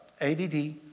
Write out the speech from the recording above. ADD